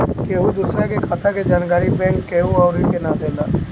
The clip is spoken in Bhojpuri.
केहू दूसरा के खाता के जानकारी बैंक केहू अउरी के ना देला